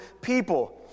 people